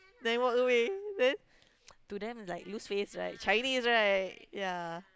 then walk away then to them like lose face right Chinese right ya